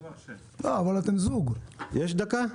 בבקשה, דקה.